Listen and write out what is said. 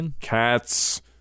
cats